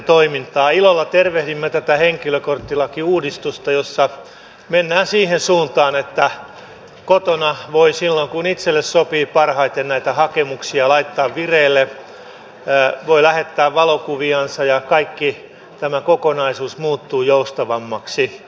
ilolla tervehdimme tätä henkilökorttilakiuudistusta jossa mennään siihen suuntaan että kotona voi silloin kun itselle sopii parhaiten näitä hakemuksia laittaa vireille lähettää valokuviansa ja kaikki tämä kokonaisuus muuttuu joustavammaksi